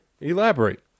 Elaborate